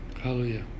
Hallelujah